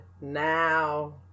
now